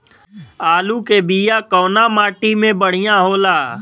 आलू के बिया कवना माटी मे बढ़ियां होला?